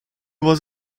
was